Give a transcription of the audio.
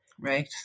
Right